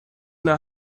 know